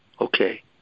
Okay